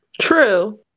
True